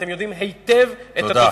אתם יודעים היטב את התוצאה.